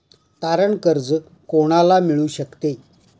तारण कर्ज कोणाला मिळू शकते?